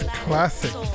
classic